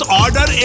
order